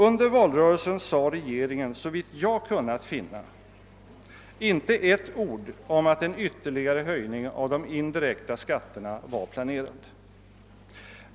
Under valrörelsen sade regeringen, såvitt jag har kunnat finna, inte ett ord om att en ytterligare höjning av de indirekta skatterna var planerad.